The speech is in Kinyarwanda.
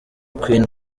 queen